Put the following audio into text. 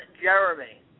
Jeremy